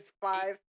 five